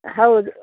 ಹೌದು